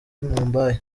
mumbai